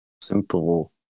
simple